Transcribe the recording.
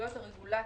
עלויות הרגולציה,